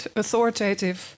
authoritative